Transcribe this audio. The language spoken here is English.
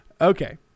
Okay